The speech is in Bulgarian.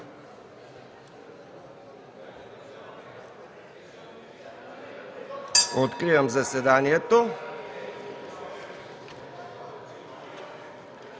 Откривам заседанието.